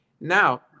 Now